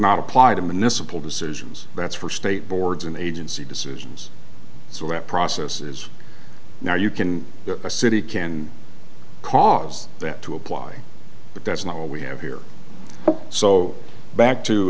not apply to misapply decisions that's for state boards and agency decisions so that process is now you can a city can cause that to apply but that's not what we have here so back to